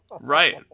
Right